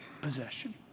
possession